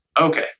Okay